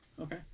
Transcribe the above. Okay